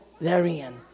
therein